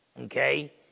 okay